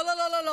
לא לא לא לא.